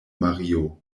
mario